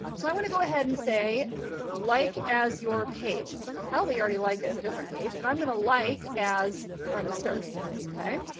so i want to go ahead and say like as your page, i probably already like as a different page, but i'm going to like as brenda ster okay,